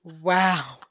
Wow